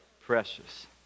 Precious